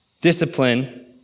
discipline